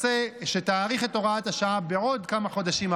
שתאריך את הוראת השעה בעוד כמה חודשים,